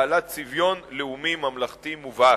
בעל צביון לאומי ממלכתי מובהק.